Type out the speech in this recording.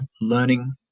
learning